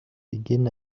begin